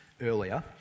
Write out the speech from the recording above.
earlier